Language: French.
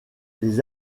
les